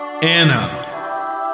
Anna